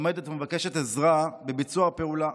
עומדת ומבקשת עזרה בביצוע פעולה.